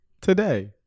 Today